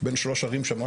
בין שלוש הערים שם.